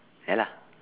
ya lah